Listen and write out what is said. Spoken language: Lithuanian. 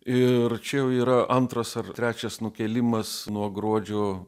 ir čia jau yra antras ar trečias nukėlimas nuo gruodžio